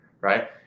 right